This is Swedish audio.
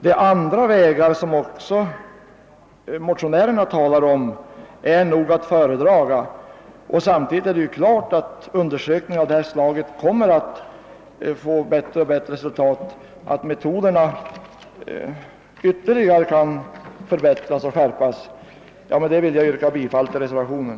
De andra vägar som även motionärerna talar om är att föredra. Självfallet kommer undersökningar av detta slag att få bättre och bättre resultat, och metoderna kan ytterligare förbättras och skärpas. Med detta vill jag yrka bifall till reservationen.